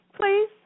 please